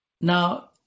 Now